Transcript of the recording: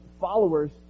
followers